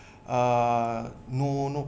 ah no no